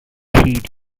heed